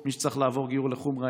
מי שצריך לעבור גיור לחומרה,